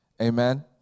Amen